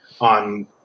on